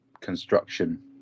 construction